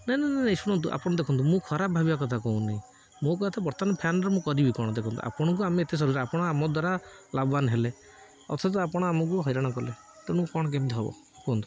ନାଇଁ ନାଇଁ ନାଇଁ ଶୁଣନ୍ତୁ ଆପଣ ଦେଖନ୍ତୁ ମୁଁ ଖରାପ ଭାବିବା କଥା କହୁନି ମୋ କହିବା କଥା ବର୍ତ୍ତମାନ ଫ୍ୟାନର ମୁଁ କରିବି କଣ ଦେଖନ୍ତୁ ଆପଣଙ୍କୁ ଆମେ ଏତେ ସର ଆପଣ ଆମ ଦ୍ୱାରା ଲାଭବାନ ହେଲେ ଅଥଚ ଆପଣ ଆମକୁ ହଇରାଣ କଲେ ତେଣୁ କ'ଣ କେମିତି ହବ କୁହନ୍ତୁ